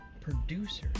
producers